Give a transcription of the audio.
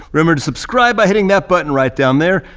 remember to subscribe by hitting that button right down there.